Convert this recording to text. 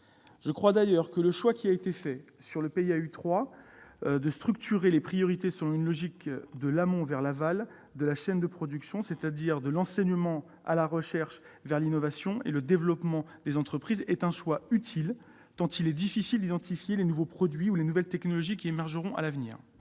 Je crois d'ailleurs que le choix qui a été fait, dans le PIA 3, de structurer les priorités de l'amont vers l'aval de la chaîne de production, à partir de l'enseignement et de la recherche, et en direction de l'innovation et du développement des entreprises, se révèle utile, tant il est difficile d'identifier les nouveaux produits ou les nouvelles technologies qui émergeront à l'avenir.